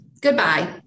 Goodbye